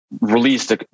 released